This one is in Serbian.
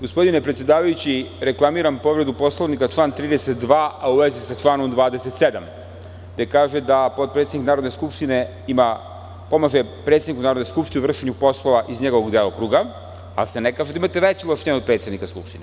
Gospodine predsedavajući, reklamiram povredu Poslovnika član 32, a u vezi sa članom 27. gde se kaže da potpredsednik Narodne skupštine pomaže predsedniku Narodne skupštine u vršenju poslova iz njegovog delokruga, ali se ne kaže da imate veća ovlašćenja od predsednika Skupštine.